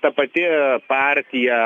ta pati partija